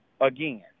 again